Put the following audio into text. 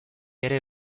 ere